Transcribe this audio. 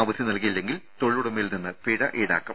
അവധി നൽകിയില്ലെങ്കിൽ തൊഴിലുടമയിൽ നിന്ന് പിഴ ഈടാക്കും